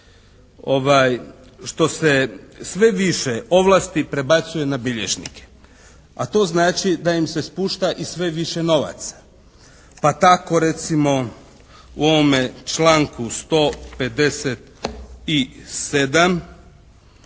što se sve više ovlasti prebacuje na bilježnike, a to znači da im se spušta i sve više novaca pa tako recimo u ovome članku 157.